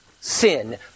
sin